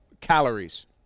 calories